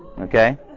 Okay